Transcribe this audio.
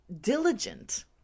diligent